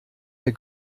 der